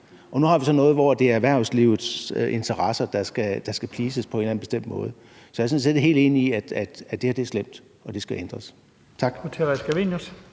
Nu har vi så noget, hvor det er erhvervslivets interesser, der skal pleases på en eller anden bestemt måde. Så jeg er sådan set helt enig i, at det her er slemt og det skal ændres. Tak.